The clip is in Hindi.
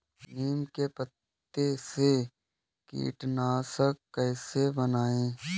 नीम के पत्तों से कीटनाशक कैसे बनाएँ?